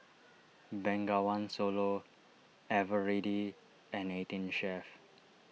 Bengawan Solo Eveready and eighteen Chef